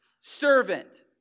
servant